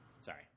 Sorry